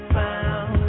found